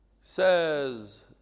Says